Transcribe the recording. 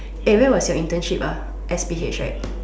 eh where was your internship ah S_P_H right